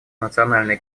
национальной